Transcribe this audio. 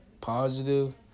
Positive